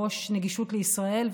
ראש נגישות לישראל,